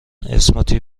اسموتی